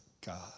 God